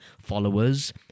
followers